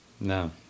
no